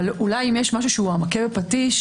אולי אם יש משהו שהוא המכה בפטיש,